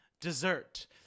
dessert